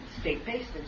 state-based